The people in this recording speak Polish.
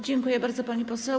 Dziękuję bardzo, pani poseł.